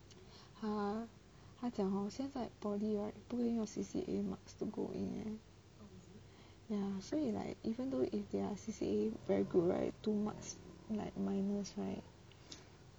他讲 hor 现在 poly right 不会用 C_C_A marks to go in eh 所以 like even though if their C_C_A very good right two marks like minus right